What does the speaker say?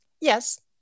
Yes